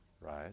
right